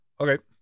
Okay